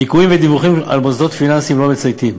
ניכויים ודיווחים על מוסדות פיננסיים לא מצייתים,